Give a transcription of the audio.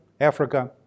Africa